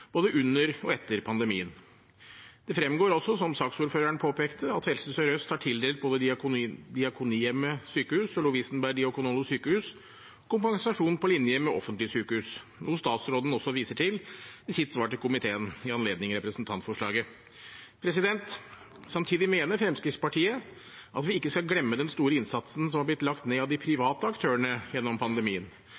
både under og etter pandemien. Det fremgår også, som saksordføreren påpekte, at Helse Sør-Øst har tildelt både Diakonihjemmet Sykehus og Lovisenberg Diakonale Sykehus kompensasjon på linje med offentlige sykehus, noe statsråden også viser til i sitt svar til komiteen i anledning representantforslaget. Samtidig mener Fremskrittspartiet at vi ikke skal glemme den store innsatsen som har blitt lagt ned av de